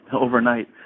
overnight